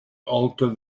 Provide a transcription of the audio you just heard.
alter